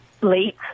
Late